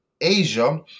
Asia